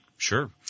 Sure